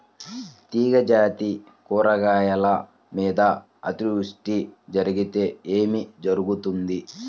తీగజాతి కూరగాయల మీద అతివృష్టి జరిగితే ఏమి జరుగుతుంది?